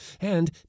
and